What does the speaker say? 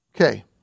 Okay